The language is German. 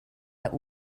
der